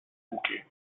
bouquets